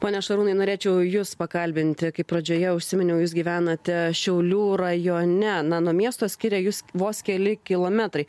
pone šarūnai norėčiau jus pakalbinti kaip pradžioje užsiminiau jūs gyvenate šiaulių rajone na nuo miesto skiria jus vos keli kilometrai